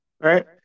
right